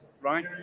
Right